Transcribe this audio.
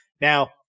Now